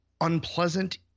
unpleasant